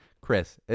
Chris